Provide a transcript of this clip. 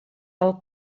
del